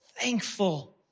thankful